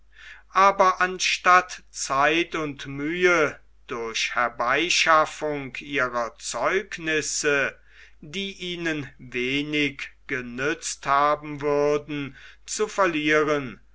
aber anstatt zeit und mühe durch herbeischaffung ihrer zeugnisse die ihnen wenig genützt haben würden zu verlieren